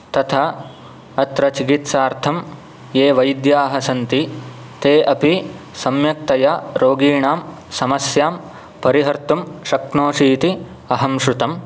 तथा अत्र चिकित्सार्थं ये वैद्याः सन्ति ते अपि सम्यक्तया रोगिणां समस्यां परिहर्तुं शक्नोषि इति अहं श्रुतम्